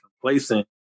complacent